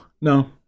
No